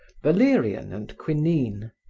valerian and quinine.